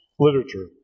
Literature